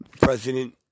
President